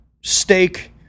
steak